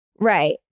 Right